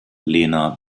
lena